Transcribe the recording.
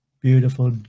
Beautiful